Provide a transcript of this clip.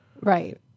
Right